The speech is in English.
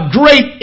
great